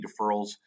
deferrals